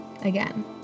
Again